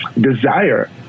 desire